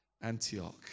Antioch